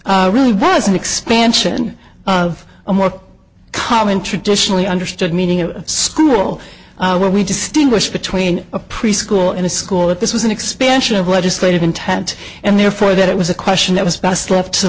school really was an expansion of a more common traditionally understood meaning of school where we distinguish between a preschool and a school that this was an expansion of legislative intent and therefore that it was a question that was best left to